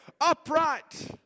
upright